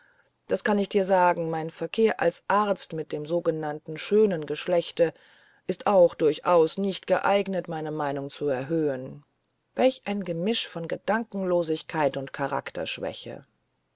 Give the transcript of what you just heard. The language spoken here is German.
das kann ich dir sagen mein verkehr als arzt mit dem sogenannten schönen geschlechte ist auch durchaus nicht geeignet meine meinung zu erhöhen welch ein gemisch von gedankenlosigkeit und